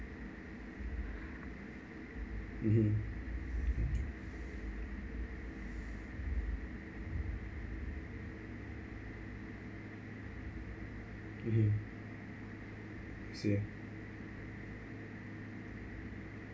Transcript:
mmhmm mmhmm see